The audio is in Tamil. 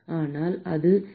மாணவர் வெப்ப நிலை